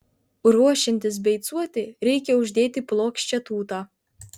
ruošiantis beicuoti reikia uždėti plokščią tūtą